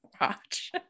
watch